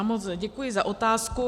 Moc děkuji za otázku.